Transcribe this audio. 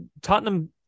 Tottenham